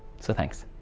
so thanks.